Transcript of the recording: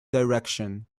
direction